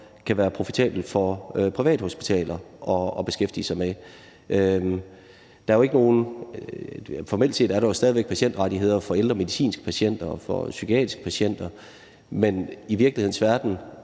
kan være profitabelt for privathospitaler at beskæftige sig med. Formelt set er der jo stadig væk patientrettigheder, der gælder for de ældre medicinske patienter og psykiatriske patienter, men i virkelighedens verden